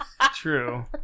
True